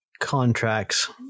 contracts